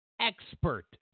expert